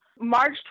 march